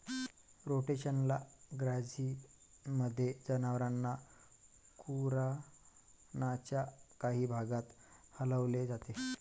rotational ग्राझिंगमध्ये, जनावरांना कुरणाच्या काही भागात हलवले जाते